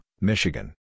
Michigan